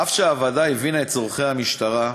אף שהוועדה הבינה את צורכי המשטרה,